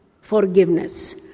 forgiveness